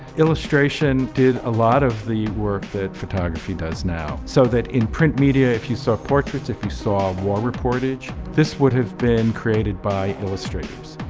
illustration did a lot of the work that photography does now. so that in print media if you saw portraits, if you saw war reportage, this would have been created by illustrators.